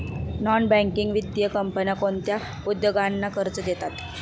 Non banking वित्तीय कंपन्या कोणत्या उद्योगांना कर्ज देतात?